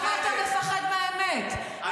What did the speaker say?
מה יקרה אם תהיה ועדת